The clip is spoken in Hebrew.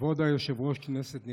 כבוד היושב-ראש, כנסת נכבדה,